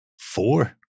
four